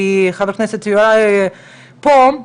כי חה"כ יוראי פה,